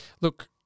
Look